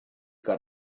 got